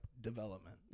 development